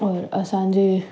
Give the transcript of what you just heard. और असांजे